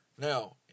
Now